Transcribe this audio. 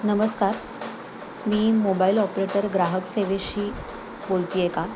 नमस्कार मी mobile operator ग्राहक सेवेशी बोलतीय का